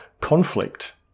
conflict